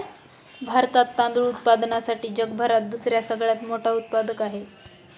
भारतात तांदूळ उत्पादनासाठी जगभरात दुसरा सगळ्यात मोठा उत्पादक आहे